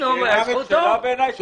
שאלה טובה מאוד.